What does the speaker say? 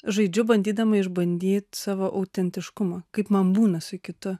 žaidžiu bandydama išbandyt savo autentiškumą kaip man būna su kitu